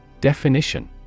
Definition